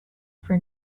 for